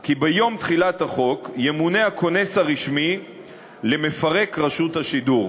כי ביום תחילת החוק ימונה כונס הנכסים הרשמי למפרק רשות השידור.